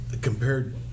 compared